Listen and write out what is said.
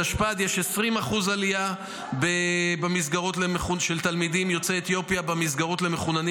בתשפ"ד יש עלייה של 20% בתלמידים יוצאי אתיופיה במסגרות למחוננים